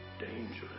dangerous